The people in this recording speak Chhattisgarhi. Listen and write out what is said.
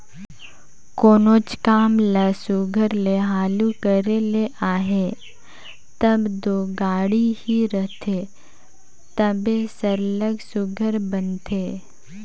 कोनोच काम ल सुग्घर ले हालु करे ले अहे तब दो गाड़ी ही रहथे तबे सरलग सुघर बनथे